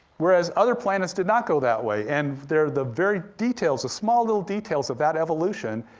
whereas other planets did not go that way, and they're the very details, the small little details of that evolution,